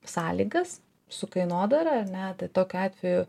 sąlygas su kainodara ar ne tai tokiu atveju